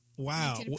Wow